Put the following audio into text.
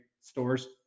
stores